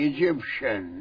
Egyptian